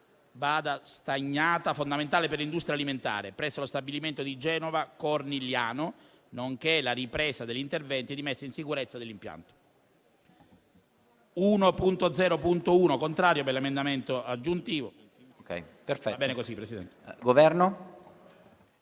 banda stagnata, fondamentale per l'industria alimentare, presso lo stabilimento di Genova Cornigliano, nonché la ripresa degli interventi di messa in sicurezza dell'impianto, come ripetutamente richiesto